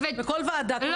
בכל ועדה כולם חפצי חיים.